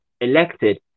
elected